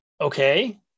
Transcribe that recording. okay